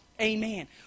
Amen